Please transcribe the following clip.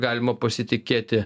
galima pasitikėti